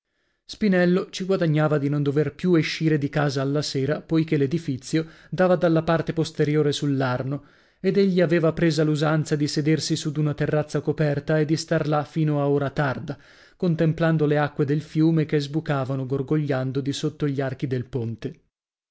spinello ci guadagnava di non dover più escire di casa alla sera poichè l'edifizio dava dalla parte posteriore sull'arno ed egli aveva presa l'usanza di sedersi su d'una terrazza coperta e di star là fino a ora tarda contemplando le acque del fiume che sbucavano gorgogliando di sotto gli archi del ponte